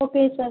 okay sir